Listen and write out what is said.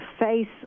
face